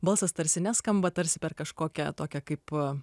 balsas tarsi neskamba tarsi per kažkokią tokią kaip a